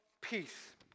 peace